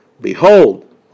Behold